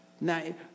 Now